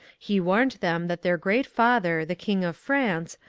he warned them that their great father, the king of france,